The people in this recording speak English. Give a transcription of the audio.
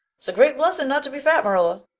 it's a great blessing not to be fat, marilla.